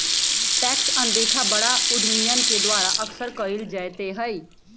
tax अनदेखा बड़ा उद्यमियन के द्वारा अक्सर कइल जयते हई